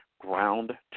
ground